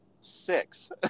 six